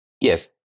Yes